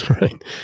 right